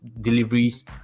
deliveries